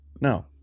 no